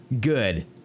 good